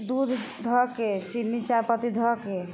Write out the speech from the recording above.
दूध धऽके चीनी चाइपत्ती धऽके